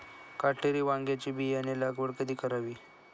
काटेरी वांग्याची बियाणे लागवड कधी करावी?